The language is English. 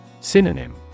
Synonym